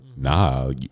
Nah